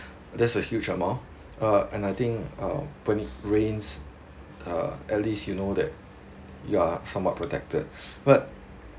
that's a huge amount uh and I think um rains uh at least you know that you are somewhat protected but